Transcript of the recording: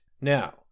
Now